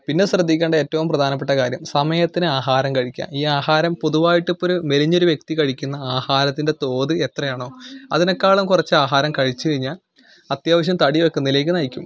പിന്നെ ശ്രദ്ധിക്കേണ്ട ഏറ്റവും പ്രധാനപ്പെട്ട കാര്യം സമയത്തിന് ആഹാരം കഴിക്കുക ഈ ആഹാരം പൊതുവായിട്ട് ഇപ്പം ഒരു മെലിഞ്ഞ ഒരു വ്യക്തി കഴിക്കുന്ന ആഹാരത്തിൻ്റെ തോത് എത്രയാണോ അതിനേക്കാളും കുറച്ച് ആഹാരം കഴിച്ച് കഴിഞ്ഞാൽ അത്യാവശ്യം തടി വയ്ക്കുന്നതിലേക്ക് നയിക്കും